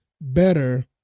better